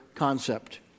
concept